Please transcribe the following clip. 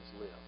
live